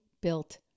built